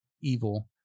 evil